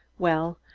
well,